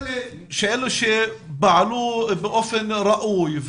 אלה שפעלו באופן ראוי,